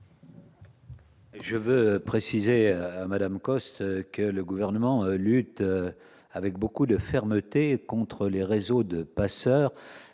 ? Je précise à Mme Costes que le Gouvernement lutte avec beaucoup de fermeté contre les réseaux de passeurs